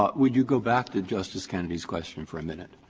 ah would you go back to justice kennedy's question for a minute.